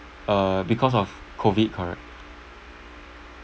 uh because of COVID correct